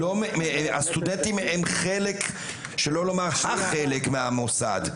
הסטודנטים הם חלק, שלא לומר, "החלק" מהמוסד.